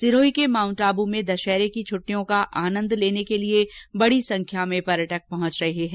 सिरोही के माउंटआबू में दशहरे की छुट्टियों का आनंद लेने के लिए बड़ी संख्या में पर्यटक पहुंच रहे हैं